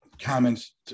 comments